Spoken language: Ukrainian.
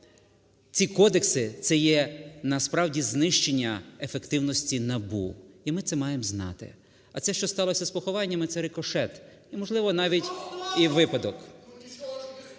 Ці кодекси – це є насправді знищення ефективності НАБУ. І ми це маємо знати. А те, що сталося з похованнями, – це рикошет, можливо навіть і випадок.